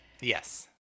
Yes